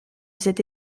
cette